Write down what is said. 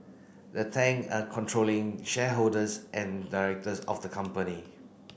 the Tang are controlling shareholders and directors of the company